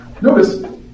Notice